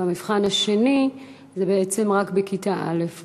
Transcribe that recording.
והמבחן השני הוא בעצם רק בכיתה א'.